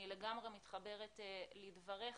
אני לגמרי מתחברת לדבריך,